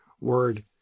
word